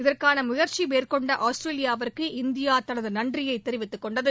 இதற்கான முயற்சி மேற்கொண்ட ஆஸ்திரேலியாவுக்கு இந்தியா தனது நன்றியை தெரிவித்துக் கொண்டது